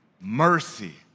mercy